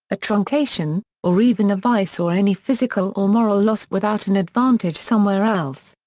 a truncation, or even a vice or any physical or moral loss without an advantage somewhere else.